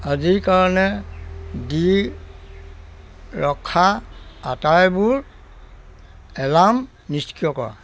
আজিৰ কাৰণে দি ৰখা আটাইবোৰ এলাৰ্ম নিষ্ক্ৰিয় কৰা